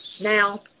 now